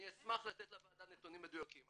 אני אשמח לתת לוועדה נתונים מדויקים.